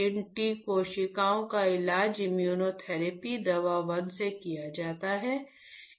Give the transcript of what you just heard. इन T कोशिकाओं का इलाज इम्यूनोथेरेपी दवा 1 से किया जाता है